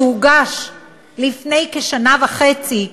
שהוגש לפני כשנה וחצי,